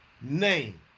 name